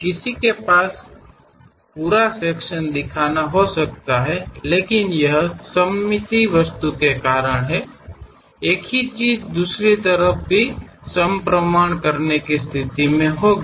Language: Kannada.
ಒಬ್ಬರು ಸಂಪೂರ್ಣ ವಿಭಾಗವನ್ನು ತೋರಿಸಬಹುದು ಆದರೆ ಅದು ಸಮ್ಮಿತೀಯ ವಸ್ತುವಿನ ಕಾರಣದಿಂದಾಗಿ ಅದೇ ವಿಷಯವು ಅದನ್ನು ಇನ್ನೊಂದು ಬದಿಯಲ್ಲಿ ಗ್ರಹಿಸುವ ಸ್ಥಿತಿಯಲ್ಲಿರುತ್ತದೆ